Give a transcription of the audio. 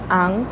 ang